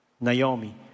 Naomi